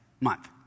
month